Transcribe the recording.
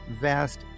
vast